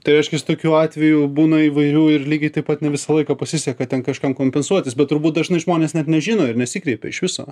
tai reiškias tokių atvejų būna įvairių ir lygiai taip pat ne visą laiką pasiseka ten kažkam kompensuotis bet turbūt dažnai žmonės net nežino ir nesikreipia iš viso